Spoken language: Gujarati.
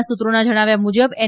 ના સૂત્રોના જણાવ્યા મુજબ એન